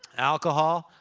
alcohol?